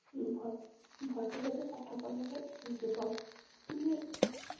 ଭଲ ଭଲରେ ଯଦି ପାଠ ପଢ଼ିବ ବୋଲେ ଯିବ ମାନେ